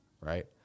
right